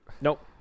Nope